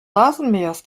rasenmähers